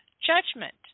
judgment